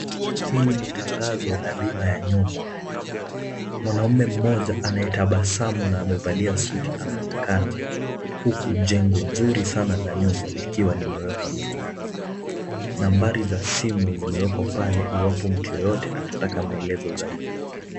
Hii ni tangazo la bima ya nyumba. Mwanaume moja anayetabasamu na amevalia suti anaonekana, huku jengo nzuri sana la nyumba likiwa limewekwa nyuma yake. Nambari za simu zimewekwa pale iwapo mtu yoyote atataka maelezo zaidi.